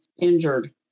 injured